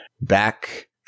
Back